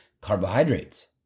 carbohydrates